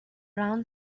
round